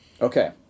Okay